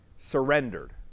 surrendered